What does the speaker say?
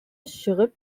чыгып